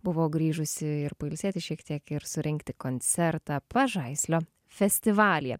buvo grįžusi ir pailsėti šiek tiek ir surengti koncertą pažaislio festivalyje